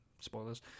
spoilers